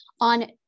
on